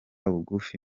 bugufi